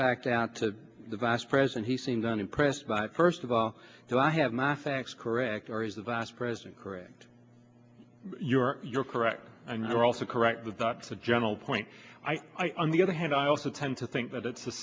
fact out to the vice president he seems unimpressed by first of all do i have my facts correct or is the vice president correct you are you're correct and you're also correct with that for a general point i on the other hand i also tend to think that it's a